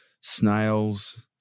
snails